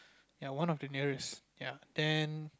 ya one of the nearest ya then